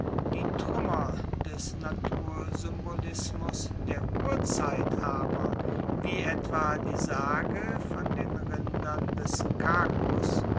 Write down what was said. die truemmer des natursymbolismus der urzeit aber wie etwa die sage von den rindern des